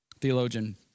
Theologian